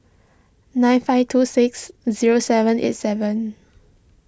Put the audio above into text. nine five two six zero seven eight seven